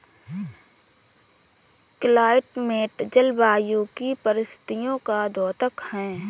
climate जलवायु की परिस्थितियों का द्योतक है